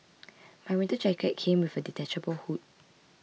my winter jacket came with a detachable hood